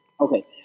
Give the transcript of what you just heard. Okay